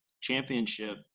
championship